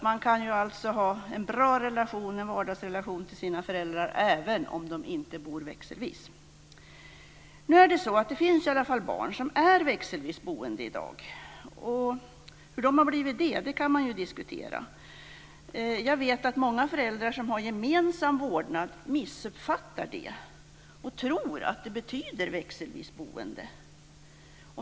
Man kan ha en bra vardagsrelation till sina föräldrar även om barnen inte bor växelvis. Det finns i dag barn som är växelvis boende. Hur de har blivit det kan man ju diskutera. Jag vet att många föräldrar har missuppfattat detta med gemensam vårdnad. De tror att det betyder växelvis boende.